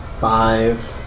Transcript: five